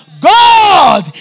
God